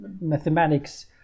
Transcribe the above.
mathematics